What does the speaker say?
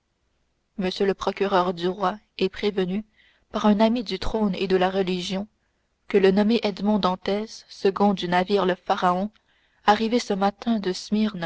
monsieur le procureur du roi est prévenu par un ami du trône et de la religion que le nommé edmond dantès second du navire le pharaon arrivé ce matin de